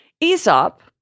Aesop